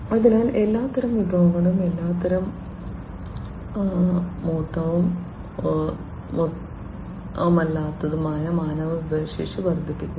അതിനാൽ എല്ലാത്തരം വിഭവങ്ങളും എല്ലാത്തരം മൂർത്തവും മൂർത്തമല്ലാത്തതുമായ മാനവവിഭവശേഷി വർദ്ധിപ്പിക്കുന്നു